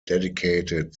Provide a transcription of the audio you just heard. dedicated